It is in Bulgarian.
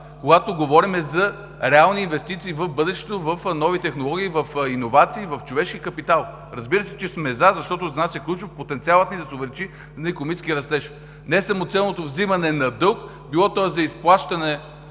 когато говорим за реални инвестиции в бъдещето, в нови технологии, в иновации, в човешки капитал. Разбира се, че сме за, защото е ключово потенциалът ни да се увеличи на икономически растеж – не самоцелното взимане на дълг, било то за изплащане